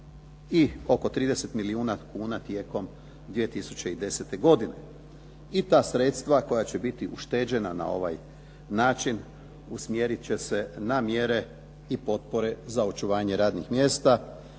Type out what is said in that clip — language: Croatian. i oko 30 milijuna kuna tijekom 2010. godine i ta sredstva koja će biti ušteđena na ovaj način usmjerit će se na mjere i potpore za očuvanje radnih mjesta